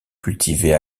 cultivée